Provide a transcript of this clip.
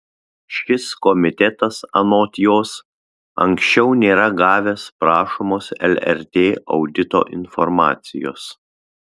šis komitetas anot jos anksčiau nėra gavęs prašomos lrt audito informacijos